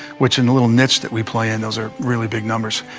which in the little niche that we play in, those are really big numbers.